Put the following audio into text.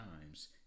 times